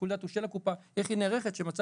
שיקול הדעת הוא של הקופה איך היא נערכת שבמצב